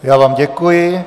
Já vám děkuji.